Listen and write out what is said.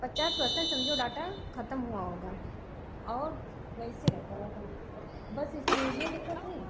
पचास पर्सेंट समझो डाटा खत्म हुआ होगा और वैसे रखा हुआ था बस इसमें ये दिक्कत हुई